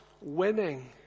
winning